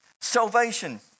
salvation